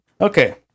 Okay